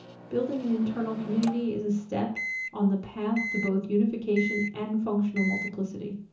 building an internal community is a step on the path to both unification and functional multiplicity.